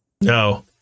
No